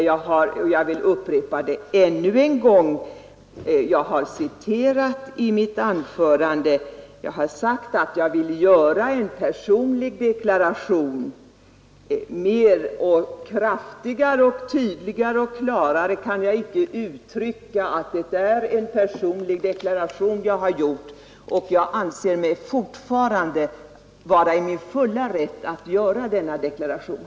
Jag vill upprepa att jag sade i mitt anförande att jag ville göra en personlig deklaration. Kraftigare, tydligare och klarare kan jag inte uttrycka att det är en personlig mening jag ger till känna, och jag anser mig fortfarande vara i min fulla rätt att göra en sådan deklaration.